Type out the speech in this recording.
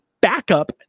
backup